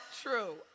true